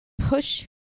push